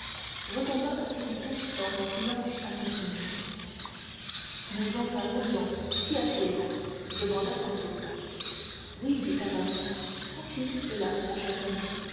retomba aussitôt dans son silence accoutumé mais enfin voyons qu'y a-t-il demanda porthos oui dit aramis confiez nous cela mon cher ami